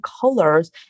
colors